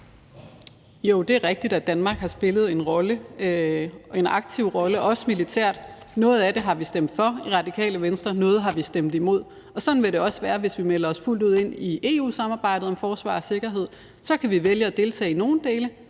Jo, det er rigtigt, at Danmark har spillet en rolle, en aktiv rolle, også militært. Noget af det har vi stemt for i Radikale Venstre, noget har vi stemt imod, og sådan vil det også være, hvis vi melder os fuldt ud ind i EU-samarbejdet om forsvar og sikkerhed. Vi kan vælge at deltage i nogle dele,